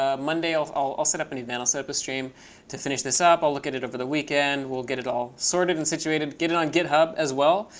ah monday i'll i'll set up an event. i'll set up a stream to finish this up. i'll look at it over the weekend. we'll get it all sorted and situated. get it on github as well,